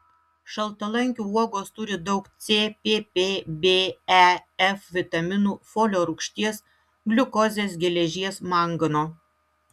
šaltalankių uogos turi daug c pp b e f vitaminų folio rūgšties gliukozės geležies mangano